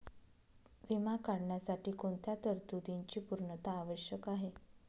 विमा काढण्यासाठी कोणत्या तरतूदींची पूर्णता आवश्यक आहे?